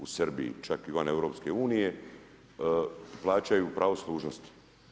U Srbiji, čak i van EU plaćaju pravo služnosti.